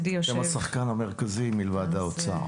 מלבד האוצר